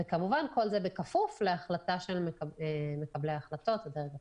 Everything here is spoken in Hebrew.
וכמובן כל זה בכפוף להחלטה של מקבלי ההחלטות והדרג הפוליטי.